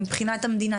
מבחינת המדינה,